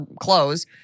clothes